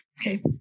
okay